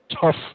tough